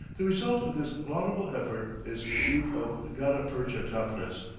the result of this laudable effort is meat of gutta-percha toughness,